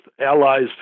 allies